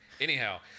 Anyhow